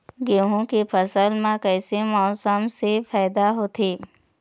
गेहूं के फसल म कइसे मौसम से फायदा होथे?